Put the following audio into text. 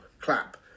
clap